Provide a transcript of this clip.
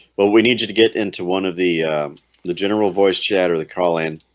well we need you to get into one of the the general voice chat or the car lane